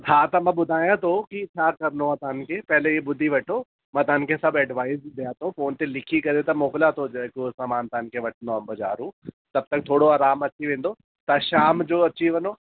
हा त मां ॿुधायां थो की छा करिणो आहे तव्हांखे पहले हे ॿुधी वठो मां तव्हांखे सभु एडवाइज बि ॾियां थो फ़ोन ते लिखी करे त मोकिलियां थो जेको सामानु तव्हांखे वठिणो आहे बाज़ारु तब तक थोरो आरामु अची वेंदो तव्हां शाम जो अची वञो